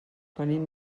venim